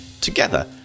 together